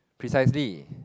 precisely